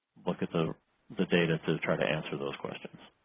look at the the data to try to answer those questions.